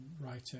writing